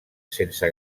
sense